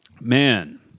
Man